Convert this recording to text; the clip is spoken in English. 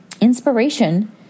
Inspiration